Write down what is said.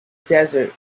desert